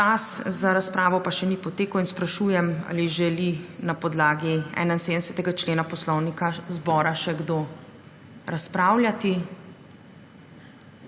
Čas za razpravo še ni potekel, zato sprašujem, ali želi na podlagi 71. člena Poslovnika Državnega zbora še kdo razpravljati.